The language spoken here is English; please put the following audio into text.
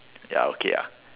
ya okay ah